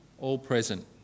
all-present